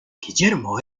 guillermo